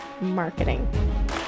marketing